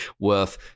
worth